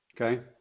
Okay